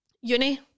uni